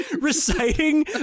reciting